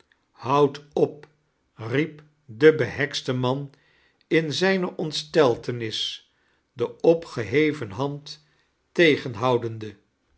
houd op riep de behekste man in zijne ontsteltenis de opgeheven band tegenhoudende